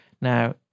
Now